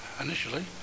initially